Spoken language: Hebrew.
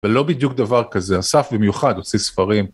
ולא בדיוק דבר כזה, אסף במיוחד, עושה ספרים.